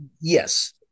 Yes